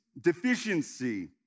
deficiency